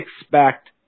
expect